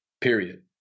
period